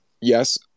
Yes